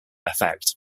effect